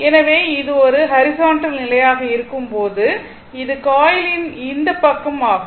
எனவே இது ஒரு ஹாரிசான்டல் நிலையாக இருக்கும்போது இது காயிலின் இந்த பக்கமும் ஆகும்